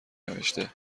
نوشته